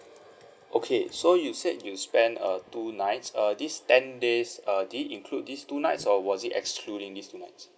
okay so you said you spend uh two nights err this ten days err did it include this two nights or was it excluding this two nights